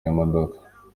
y’imodoka